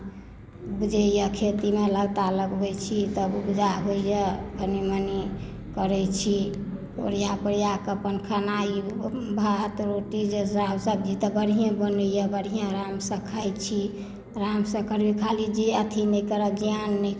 बुझैय खेती मे लगता लगबै छी तब उपजा होइया कनी मनी करै छी ओरिया पोरिया कऽ अपन खाना ई भात रोटी जे साग सब्जी तऽ बढिये बनैया आरामसँ खाइ छी आरामसँ करबै खाली अथी खाली जियान नहि करब